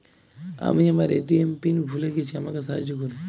আমি আমার ATM pin ভুলে গেছি আমাকে সাহায্য করুন